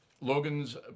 Logan's